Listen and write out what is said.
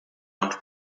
und